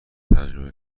تجربه